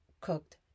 cooked